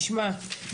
תשמע,